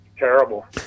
Terrible